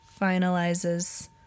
finalizes